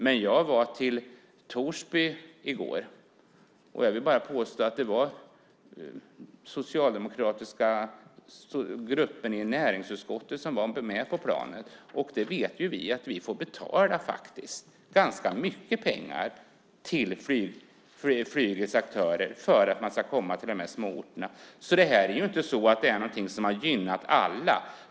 Men jag var i Torsby i går, och jag vill påstå att det bara var den socialdemokratiska gruppen i näringsutskottet som var med på planet. Och vi vet att vi faktiskt får betala ganska mycket pengar till flygets aktörer för att man ska kunna komma till dessa små orter. Detta har alltså inte gynnat alla.